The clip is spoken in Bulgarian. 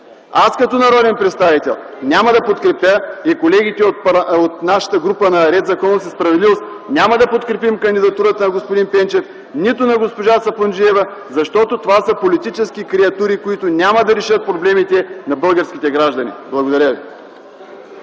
Аз, като народен представител, и колегите от нашата група на „Ред, законност и справедливост” няма да подкрепим кандидатурата на господин Пенчев, нито на госпожа Сапунджиева, защото това са политически креатури, които няма да решат проблемите на българските граждани. Благодаря ви.